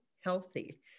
healthy